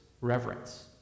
reverence